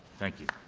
thank you.